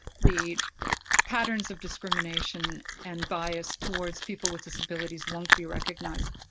the patterns of discrimination and bias towards people with disabilities won't be recognized.